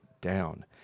down